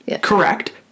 correct